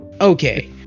Okay